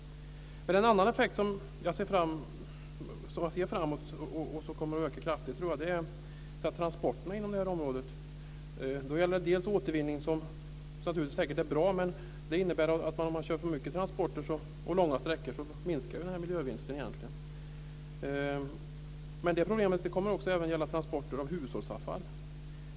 En annan effekt som jag ser framåt och som jag tror kommer att öka kraftigt är transporterna. Det gäller bl.a. återvinning, som naturligtvis är bra, men med för mycket transporter och för långa sträckor minskar egentligen miljövinsten. Men det problemet kommer också att gälla transporter av hushållsavfall.